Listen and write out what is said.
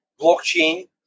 blockchain